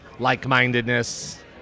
Like-mindedness